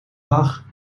dag